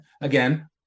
again